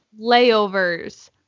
layovers